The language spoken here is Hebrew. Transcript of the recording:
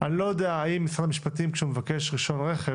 אני לא יודע אם כשמשרד המשפטים מבקש רישיון רכב